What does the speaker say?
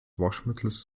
waschmittels